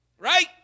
Right